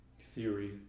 theory